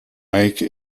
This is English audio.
lake